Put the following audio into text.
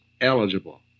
eligible